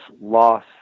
loss